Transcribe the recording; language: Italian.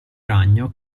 ragno